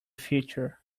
future